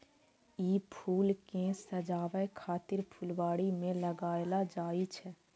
ई फूल कें सजाबै खातिर फुलबाड़ी मे लगाएल जाइ छै